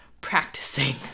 practicing